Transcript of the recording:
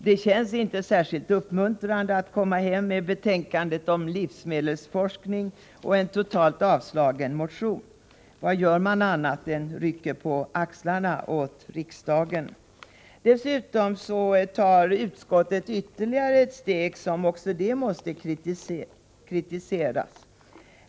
Det känns inte särskilt uppmuntrande att komma hem med betänkan det om livsmedelsforskning och en totalt avslagen motion. Vad gör man annat än rycker på axlarna åt riksdagen? Dessutom tar utskottet ytterligare ett steg som också måste kritiseras.